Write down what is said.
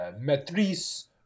Matrice